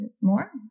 more